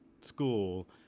school